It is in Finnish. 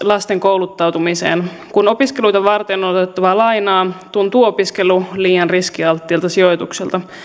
lasten kouluttautumiseen kun opiskeluita varten on on otettava lainaa tuntuu opiskelu liian riskialttiilta sijoitukselta